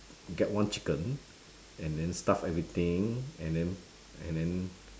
get one chicken and then stuff everything and then and then